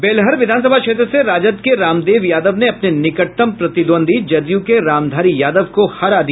बेलहर विधानसभा क्षेत्र से राजद के रामदेव यादव ने अपने निकटतम प्रतिद्वंद्वी जदयू के रामधारी यादव को हरा दिया